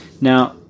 Now